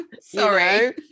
sorry